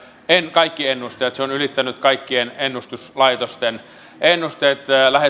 kaikki ennusteet se on ylittänyt kaikkien ennustuslaitosten ennusteet lähes